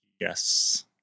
Yes